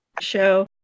show